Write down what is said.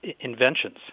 inventions